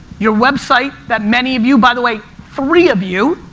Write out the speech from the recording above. your website that many of you, by the way, three of you,